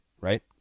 right